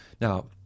Now